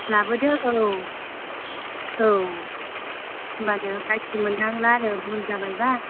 लाबोदो औ औ होनबा गाज्रि मोननांला आरो बुहुल जाबाय बा